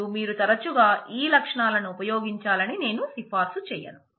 మరియు మీరు తరచుగా ఈ లక్షణాలను ఉపయోగించాలని నేను సిఫార్సు చేయను